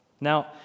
Now